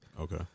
Okay